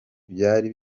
byari